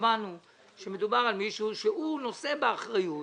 שמדובר על מישהו שהוא נושא באחריות,